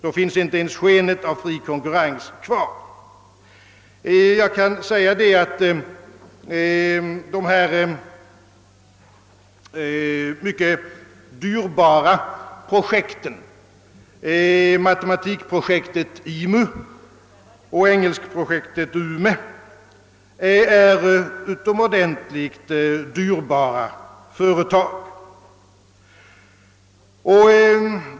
Då finns inte ens skenet av fri konkurrens kvar. Matematikprojektet IMU och projektet beträffande undervisningen i engelska UME är utomordentligt dyrbara företag.